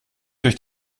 durch